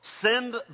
send